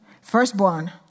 Firstborn